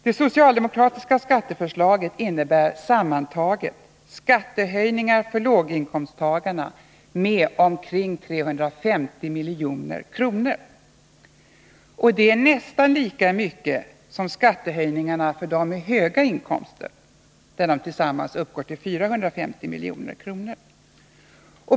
Det socialdemokratiska skatteförslaget innebär sammantaget reella skattehöjningar för låginkomsttagarna med ca 350 milj.kr. Detta är nästan lika mycket som skattehöjningarna för dem med högre inkomster, där de tillsammans uppgår till ca 450 milj.kr.